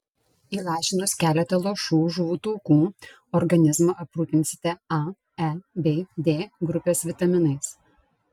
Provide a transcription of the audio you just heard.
įlašinus keletą lašų žuvų taukų organizmą aprūpinsite a e bei d grupės vitaminais